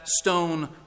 stone